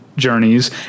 journeys